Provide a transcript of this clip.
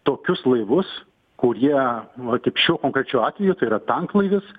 tokius laivus kurie kaip šiuo konkrečiu atveju tai yra tanklaivis